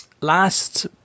last